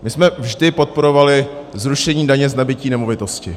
My jsme vždy podporovali zrušení daně z nabytí nemovitosti.